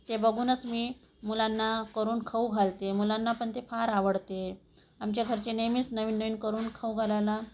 ते बघूनच मी मुलांना करून खाऊ घालते मुलांना पण ते फार आवडते आमच्या घरचे नेहमीच नवीन नवीन करून खाऊ घालायला